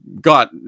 got